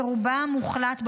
שרובה המוחלט,